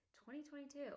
2022